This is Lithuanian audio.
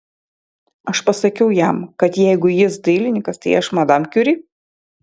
aš pasakiau jam kad jeigu jis dailininkas tai aš madam kiuri